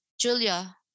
Julia